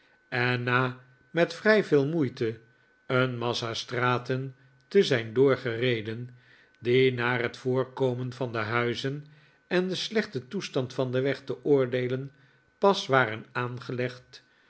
en na met vrij veel moeite een massa straten te zijn doorgereden die naar het voorkomen van de huizen en den slechten toestand van den weg te oordeelen pas waren aangelegd